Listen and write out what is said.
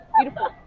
beautiful